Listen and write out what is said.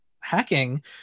hacking